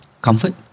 Comfort